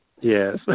Yes